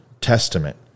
testament